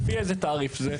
לפי איזה תעריף זה?